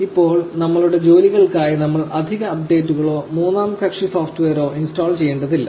ഇപ്പോൾ നമ്മളുടെ ജോലികൾക്കായി നമ്മൾ അധിക അപ്ഡേറ്റുകളോ മൂന്നാം കക്ഷി സോഫ്റ്റ്വെയറോ ഇൻസ്റ്റാൾ ചെയ്യേണ്ടതില്ല